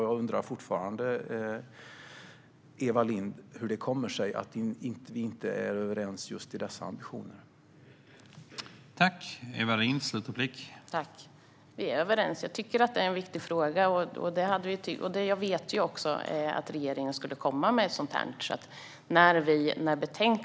Jag undrar fortfarande hur det kommer sig att vi inte är överens i just dessa ambitioner, Eva Lindh.